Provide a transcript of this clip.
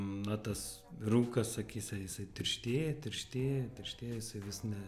na tas rūkas akyse jisai tirštėja tirštėja tirštėja vis ne